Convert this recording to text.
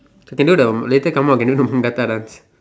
can do the later come out can do the Battle dance